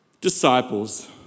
disciples